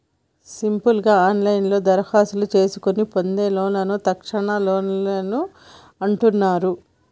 simple గా ఆన్లైన్లోనే దరఖాస్తు చేసుకొని పొందే లోన్లను తక్షణలోన్లు అంటున్నరు